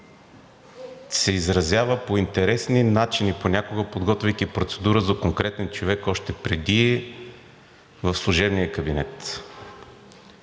се изразява по интересни начини, понякога подготвяйки процедура за конкретен човек още отпреди – в служебния кабинет,